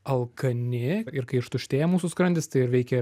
alkani ir kai ištuštėja mūsų skrandis tai veikia